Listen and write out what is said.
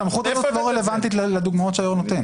הסמכות הזאת לא רלוונטית לדוגמאות שהיו"ר נותן.